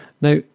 Now